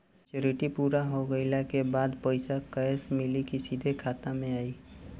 Maturity पूरा हो गइला के बाद पईसा कैश मिली की सीधे खाता में आई?